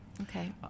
Okay